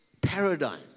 paradigm